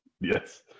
yes